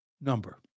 number